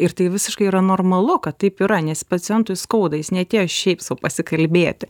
ir tai visiškai yra normalu kad taip yra nes pacientui skauda jis neatėjo šiaip sau pasikalbėti